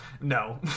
No